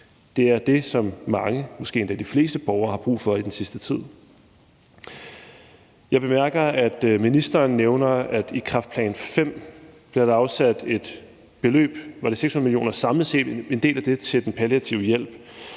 Det er det, som mange borgere – måske endda de fleste – har brug for i den sidste tid. Jeg bemærker, at ministeren nævner, at der i kræftplan V bliver afsat et beløb – var det 600 mio. kr. samlet set? – og at en del af det var til den palliative hjælp.